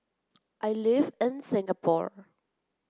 I live in Singapore